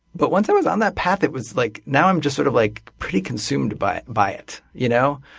but once i was on that path, it was like now i'm just sort of like pretty consumed by by it, you know?